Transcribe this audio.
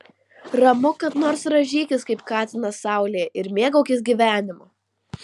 ramu kad nors rąžykis kaip katinas saulėje ir mėgaukis gyvenimu